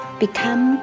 become